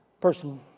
person